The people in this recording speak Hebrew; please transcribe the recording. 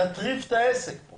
יטריפו את העסק.